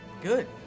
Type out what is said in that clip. Good